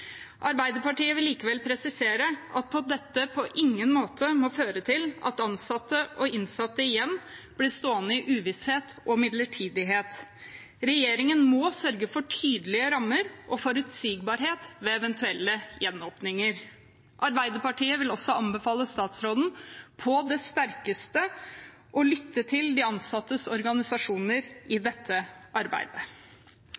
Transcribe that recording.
Arbeiderpartiet vil likevel presisere at dette på ingen måte må føre til at ansatte og innsatte igjen blir stående i uvisshet og midlertidighet. Regjeringen må sørge for tydelige rammer og forutsigbarhet ved eventuelle gjenåpninger. Arbeiderpartiet vil også anbefale statsråden på det sterkeste å lytte til de ansattes organisasjoner i